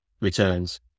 returns